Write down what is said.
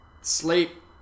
sleep